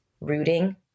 rooting